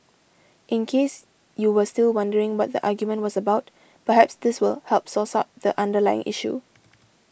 in case you were still wondering what the argument was about perhaps this will help source out the underlying issue